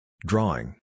Drawing